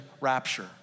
rapture